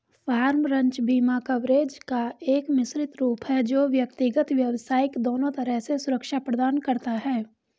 farm, ranch बीमा coverage का एक मिश्रित रूप है जो व्यक्तिगत, व्यावसायिक दोनों तरह से सुरक्षा प्रदान करता है